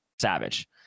Savage